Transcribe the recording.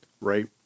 Right